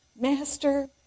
master